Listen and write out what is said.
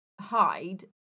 hide